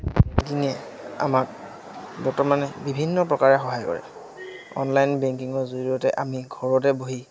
বেংকিঙে আমাক বৰ্তমানে বিভিন্ন প্ৰকাৰে সহায় কৰে অনলাইন বেংকিঙৰ জৰিয়তে আমি ঘৰতে বহি